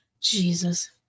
Jesus